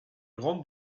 grande